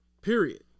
Period